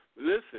Listen